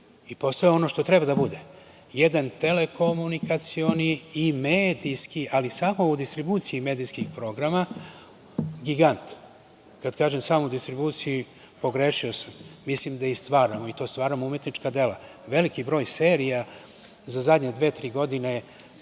i postao je ono što treba da bude. Jedan telekomunikacioni i medijski, ali samo u distribuciji medijskih programa gigant. Kad kažem - samo u distribuciji, pogrešio sam. Mislim da i stvaramo, i to stvaramo umetnička dela, veliki broj serija za zadnje dve, tri godine je